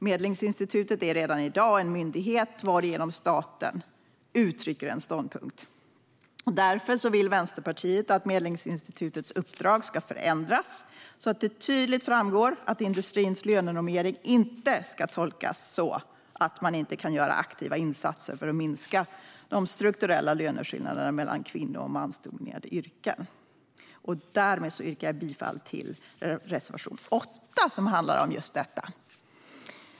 Medlingsinstitutet är redan i dag en myndighet varigenom staten uttrycker en ståndpunkt. Därför vill Vänsterpartiet att Medlingsinstitutets uppdrag ska förändras så att det tydligt framgår att industrins lönenormering inte ska tolkas så att man inte kan göra aktiva insatser för att minska de strukturella löneskillnaderna mellan kvinno och mansdominerade yrken. Därmed yrkar jag bifall till reservation 8 som handlar om just detta.